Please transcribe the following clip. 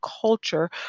culture